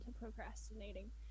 procrastinating